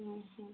ଉଁ ହୁଁ